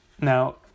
Now